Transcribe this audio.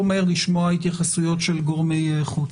מהר לשמוע התייחסויות של גורמי חוץ.